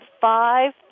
five